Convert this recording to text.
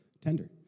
tender